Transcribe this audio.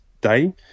day